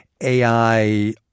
AI